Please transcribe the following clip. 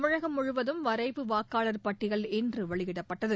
தமிழகம் முழுவதும் வரைவு வாக்காளர் பட்டியல் இன்று வெளியிடப்பட்டது